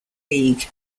league